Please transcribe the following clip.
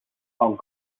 hong